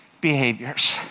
behaviors